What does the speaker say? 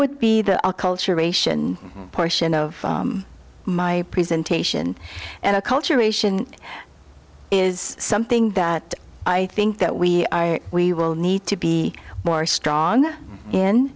would be the our culture ration portion of my presentation and acculturation is something that i think that we are we will need to be more strong in